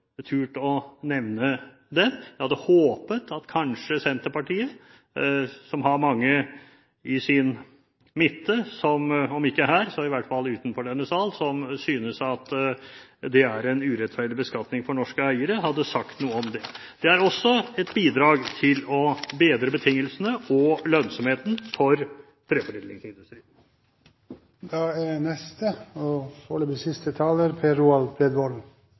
turt å nevne den. Jeg hadde håpet at kanskje Senterpartiet, som har mange i sin midte – om ikke her så i hvert fall utenfor denne sal – som synes at det er en urettferdig beskatning for norske eiere, hadde sagt noe om det. Det er også et bidrag til å bedre betingelsene og lønnsomheten for treforedlingsindustrien.